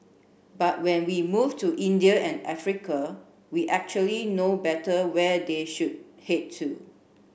but when we move to India and Africa we actually know better where they should head to